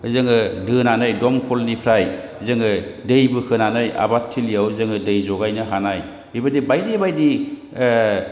जों दोनानै दमखलनिफ्राय जों दै बोखोनानै आबादथिलियाव जों दै जगायनो हानाय बेबायदि बायदि बायदि